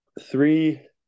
three